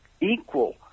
equal